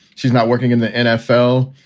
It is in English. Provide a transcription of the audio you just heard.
she's not working in the nfl,